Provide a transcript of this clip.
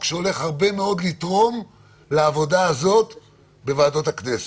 שהולך לתרום הרבה מאוד לעבודה בוועדות הכנסת.